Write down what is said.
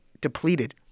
depleted